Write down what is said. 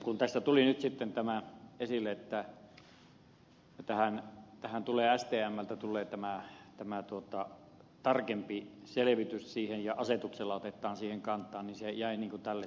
kun tässä tuli nyt sitten tämä esille että tähän tulee stmltä tarkempi selvitys ja asetuksella otetaan siihen kantaa niin se jäi tälle tasolle